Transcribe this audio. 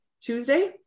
Tuesday